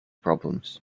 problems